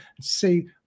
see